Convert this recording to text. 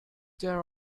there